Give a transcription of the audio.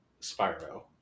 Spyro